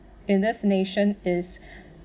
in this nation is